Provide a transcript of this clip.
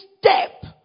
step